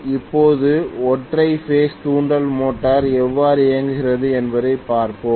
இப்போது ஒற்றை பேஸ் தூண்டல் மோட்டார் எவ்வாறு இயங்குகிறது என்பதைப் பார்ப்போம்